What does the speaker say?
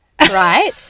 right